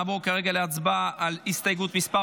נעבור להצבעה על הסתייגות מס'